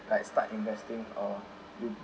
like start investing or you